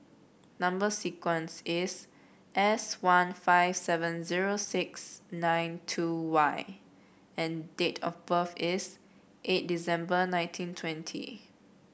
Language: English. number sequence is S one five seven zero six nine two Y and date of birth is eight December nineteen twenty